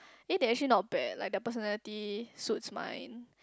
eh they actually not bad like their personality suits mine